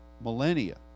millennia